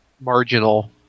marginal